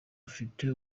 afite